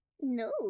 No